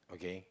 okay